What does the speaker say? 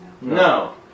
No